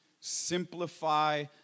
simplify